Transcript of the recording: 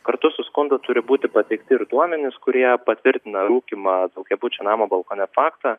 kartu su skundu turi būti pateikti ir duomenys kurie patvirtina rūkymą daugiabučio namo balkone faktą